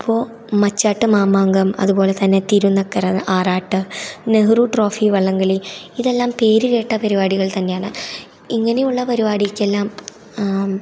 ഇപ്പോൾ മച്ചാട്ട് മാമാങ്കം അതുപോലെ തന്നെ തിരുന്നക്കര ആറാട്ട് നെഹ്റു ട്രോഫി വള്ളം കളി ഇതെല്ലം പേരു കേട്ട പരിപാടികൾ തന്നെയാണ് ഇങ്ങനെയുള്ള പരിപാടിക്കെല്ലാം